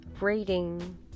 reading